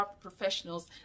professionals